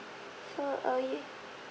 so uh you